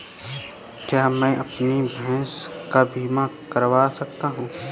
क्या मैं अपनी भैंस का बीमा करवा सकता हूँ?